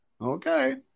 Okay